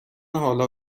حالا